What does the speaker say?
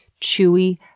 chewy